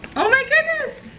oh my goodness,